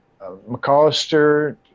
mcallister